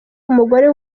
umugore